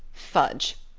fudge!